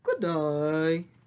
Goodbye